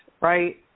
right